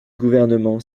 gouvernement